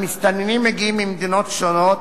המסתננים מגיעים ממדינות שונות,